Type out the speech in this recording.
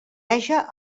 haja